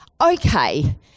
okay